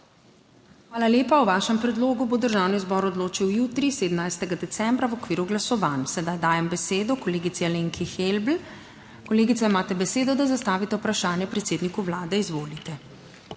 Hvala lepa. O vašem predlogu bo Državni zbor odločil jutri, 17. decembra, v okviru glasovanj. Sedaj dajem besedo kolegici Alenki Helbl. Kolegica, imate besedo, da zastavite vprašanje predsedniku Vlade. Izvolite.